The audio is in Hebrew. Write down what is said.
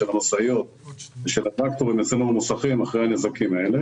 משאיות והטרקטורים אחרי הנזקים האלה